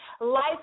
life